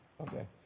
okay